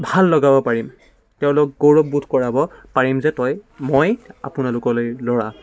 ভাল লগাব পাৰিম তেওঁলোক গৌৰৱবোধ কৰাব পাৰিম যে তই মই আপোনালোকলৈ ল'ৰা